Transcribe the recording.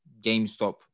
GameStop